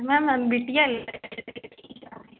ma'am हम बिटिया